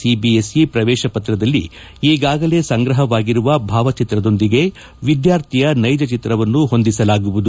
CBSE ಪ್ರವೇಶ ಪತ್ರದಲ್ಲಿ ಈಗಾಗಲೇ ಸಂಗ್ರಹವಾಗಿರುವ ಭಾವಚಿತ್ರದೊಂದಿಗೆ ವಿದ್ವಾರ್ಥಿಯ ನೈಜ ಚಿತ್ರವನ್ನು ಹೊಂದಿಸಲಾಗುವುದು